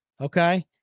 okay